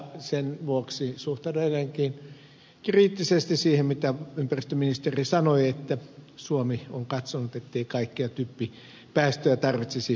sen vuoksi suhtaudun edelleenkin kriittisesti siihen mitä ympäristöministeri sanoi että suomi on katsonut ettei kaikkia typpipäästöjä tarvitsisi rajoittaa